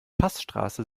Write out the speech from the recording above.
passstraße